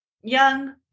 young